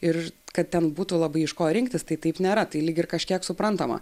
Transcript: ir kad ten būtų labai iš ko rinktis tai taip nėra tai lyg ir kažkiek suprantama